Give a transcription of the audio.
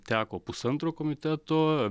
teko pusantro komiteto